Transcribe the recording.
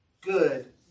good